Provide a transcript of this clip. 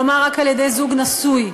כלומר, רק על-ידי זוג נשוי,